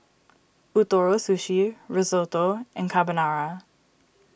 Ootoro Sushi Risotto and Carbonara